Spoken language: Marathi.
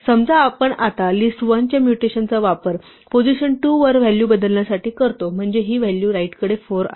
समजा आपण आता लिस्ट 1 च्या म्यूटेशनचा वापर पोझिशन 2 वर व्हॅल्यू बदलण्यासाठी करतो म्हणजे ही व्हॅल्यू राइटकडे 4 आहे